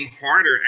harder